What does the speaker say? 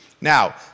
Now